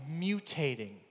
mutating